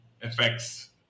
effects